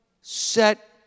set